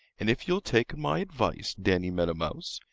and if you'll take my advice, danny meadow mouse,